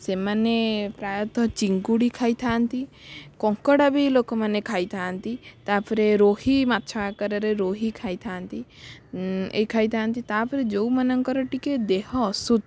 ସେମାନେ ପ୍ରାୟତଃ ଚିଙ୍ଗୁଡ଼ି ଖାଇଥାନ୍ତି କଙ୍କଡ଼ା ବି ଲୋକମାନେ ଖାଇଥାନ୍ତି ତା'ପରେ ରୋହି ମାଛ ଆକାରରେ ରୋହି ଖାଇଥାନ୍ତି ଏଇ ଖାଇଥାନ୍ତି ତା'ପରେ ଯେଉଁମାନଙ୍କର ଟିକେ ଦେହ